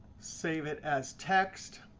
save it as text.